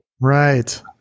Right